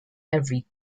every